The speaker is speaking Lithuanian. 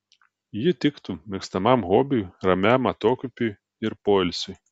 ji tiktų mėgstamam hobiui ramiam atokvėpiui ir poilsiui